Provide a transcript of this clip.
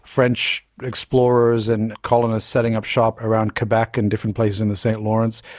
french explorers and colonists setting up shop around quebec and different places in the st lawrence,